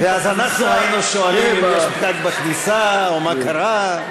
ואז אנחנו היינו שואלים אם יש פקק בכניסה או מה קרה.